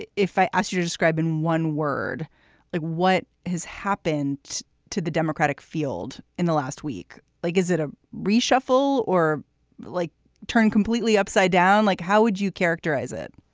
if i ask you to describe in one word what has happened to the democratic field in the last week, like is it a reshuffle or like turned completely upside down? like, how would you characterize it?